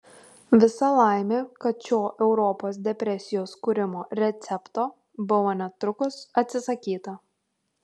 visa laimė kad šio europos depresijos kūrimo recepto buvo netrukus atsisakyta